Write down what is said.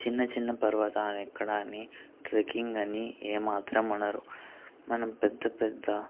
చిన్నచిన్న పర్వతాలు ఎక్కడాన్ని ట్రెకింగ్ అని ఏమాత్రం అనరు మనం పెద్ద పెద్ద